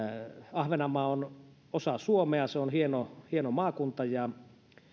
ahvenanmaa on osa suomea se on hieno hieno maakunta ja